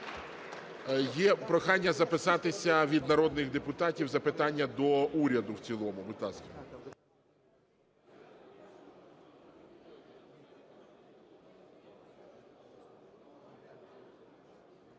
Є прохання записатися від народних депутатів запитання до уряду в цілому, будь ласка.